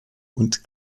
und